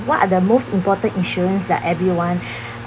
what are the most important insurance that everyone